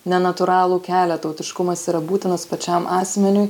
nenatūralų kelią tautiškumas yra būtinas pačiam asmeniui